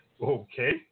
Okay